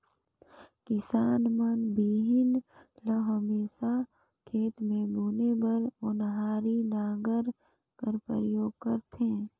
किसान मन बीहन ल हमेसा खेत मे बुने बर ओन्हारी नांगर कर परियोग करथे